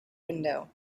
window